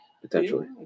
Potentially